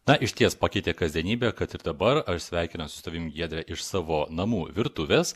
na išties pakeitė kasdienybę kad ir dabar aš sveikinuos su tavim giedre iš savo namų virtuvės